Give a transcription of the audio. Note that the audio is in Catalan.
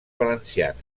valencianes